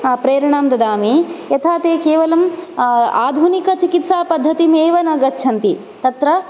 प्रेरणां ददामि यथा ते केवलम् आधुनिकचिकित्सापद्धतिमेव न गच्छन्ति तत्र